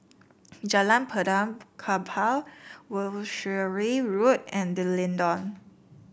Jalan Benaan Kapal Wiltshire Road and D'Leedon